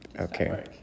Okay